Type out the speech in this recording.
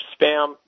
spam